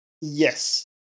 Yes